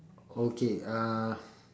okay uh